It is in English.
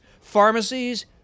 pharmacies